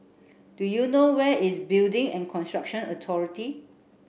do you know where is Building and Construction Authority